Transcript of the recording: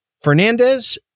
Fernandez